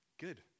Good